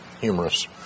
humorous